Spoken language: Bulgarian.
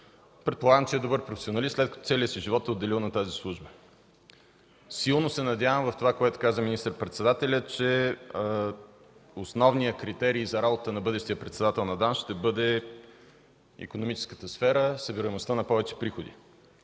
предполагам, че е добър професионалист, след като целия си живот е дарил на тази служба. Силно се надявам на това, което каза министър-председателят, че основният критерий за работата на бъдещия председател на ДАНС ще бъде икономическата сфера, събираемостта на повече приходи,